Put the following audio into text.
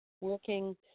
working